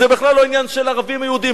זה בכלל לא עניין של ערבים יהודים.